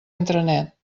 intranet